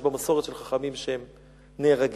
שבמסורת חכמים הם נהרגים,